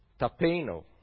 tapeno